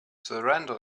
surrender